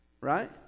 right